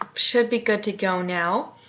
um should be good to go now.